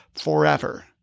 forever